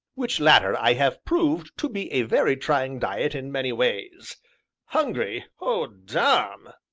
which latter i have proved to be a very trying diet in many ways hungry, oh, damme!